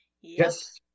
Yes